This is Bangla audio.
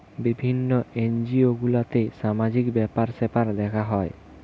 বিভিন্ন এনজিও গুলাতে সামাজিক ব্যাপার স্যাপার দেখা হয়